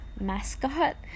mascot